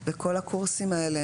וכול הקורסים האלה,